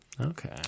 Okay